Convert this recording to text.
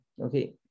okay